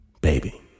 baby